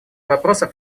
вопросов